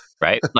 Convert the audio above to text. right